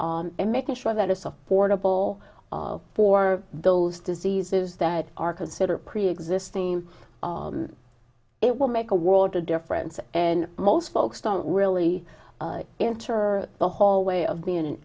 and making sure that it's affordable for those diseases that are considered preexisting it will make a world of difference and most folks don't really entered the whole way of being an